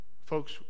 Folks